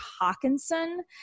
Hawkinson